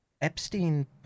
Epstein